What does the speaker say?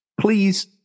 Please